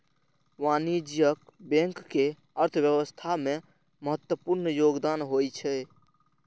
वाणिज्यिक बैंक के अर्थव्यवस्था मे महत्वपूर्ण योगदान होइ छै